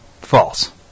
false